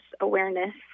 awareness